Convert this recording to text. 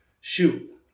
shoot